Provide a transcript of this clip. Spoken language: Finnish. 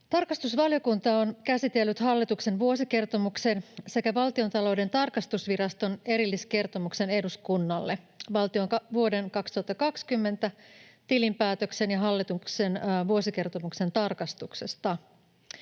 Tarkastusvaliokunta on käsitellyt hallituksen vuosikertomuksen sekä Valtiontalouden tarkastusviraston erilliskertomuksen eduskunnalle valtion vuoden 2020 tilinpäätöksen ja hallituksen vuosikertomuksen tarkastuksesta.